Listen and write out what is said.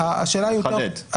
אני מחדד.